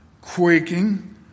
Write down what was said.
quaking